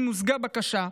אם הוגשה בקשה,